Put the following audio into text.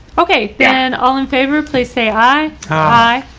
okay, then all in favor, please say aye. hi.